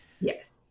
Yes